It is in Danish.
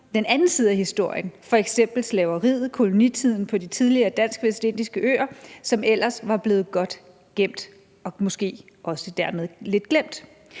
den anden side af historien, f.eks. slaveriet og kolonitiden på de tidligere Dansk-Vestindiske Øer, som ellers var blevet godt gemt og måske dermed også lidt glemt.